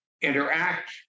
interact